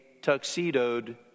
tuxedoed